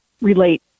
relate